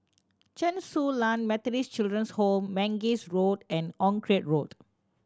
Chen Su Lan Methodist Children's Home Mangis Road and Onraet Road